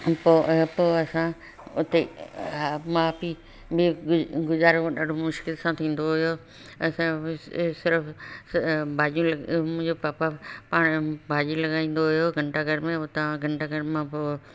पोइ पोइ असां हुते माउ पीउ में गुज़ारो ॾाढो मुश्किल सां थींदो हुओ असां बसि सिर्फ़ु भाॼियूं मुंहिंजो पापा पाण भाॼियूं लॻंदो हुओ घंटा घर में हुता घंटा घर मां पोइ